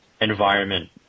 environment